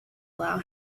allow